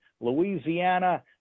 Louisiana